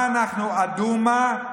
מה אנחנו, הדוּמה?